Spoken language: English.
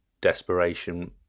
desperation